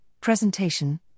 presentation